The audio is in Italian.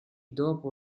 dopo